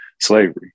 slavery